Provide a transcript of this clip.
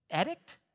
edict